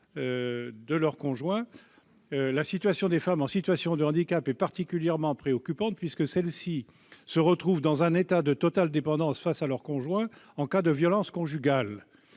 des femmes. La situation des femmes en situation de handicap est particulièrement préoccupante, puisqu'elles se retrouvent dans un état de totale dépendance face à leur conjoint en cas de violences conjugales.